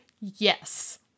yes